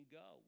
go